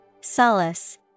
Solace